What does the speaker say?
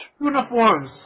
uniforms